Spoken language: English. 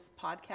podcast